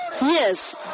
Yes